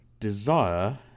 desire